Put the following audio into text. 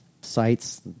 sites